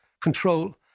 control